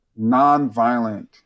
nonviolent